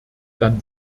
dann